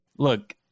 Look